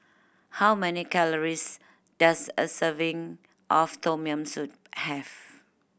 how many calories does a serving of Tom Yam Soup have